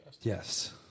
Yes